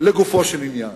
לגופו של עניין,